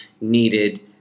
needed